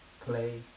play